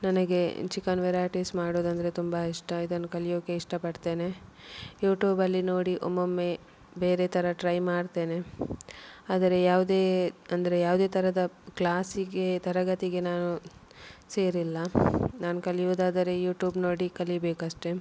ನನಗೆ chicken varieties ಮಾಡುದಂದರೆ ತುಂಬ ಇಷ್ಟ ಇದನ್ನ ಕಲಿಯೋಕ್ಕೆ ಇಷ್ಟಪಡ್ತೇನೆ ಯೂಟ್ಯೂಬಲ್ಲಿ ನೋಡಿ ಒಮ್ಮೊಮ್ಮೆ ಬೇರೆ ಥರ ಟ್ರೈ ಮಾಡ್ತೇನೆ ಆದರೆ ಯಾವುದೇ ಅಂದರೆ ಯಾವುದೇ ಥರದ ಕ್ಲಾಸಿಗೆ ತರಗತಿಗೆ ನಾನು ಸೇರಿಲ್ಲ ನಾನು ಕಲಿಯುವುದಾದರೆ ಯೂಟ್ಯೂಬ್ ನೋಡಿ ಕಲಿಯಬೇಕಷ್ಟೆ